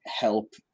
help